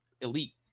elite